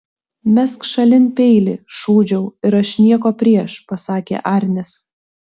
mesk šalin peilį šūdžiau ir aš nieko prieš pasakė arnis